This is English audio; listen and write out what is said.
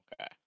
Okay